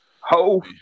Ho